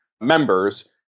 members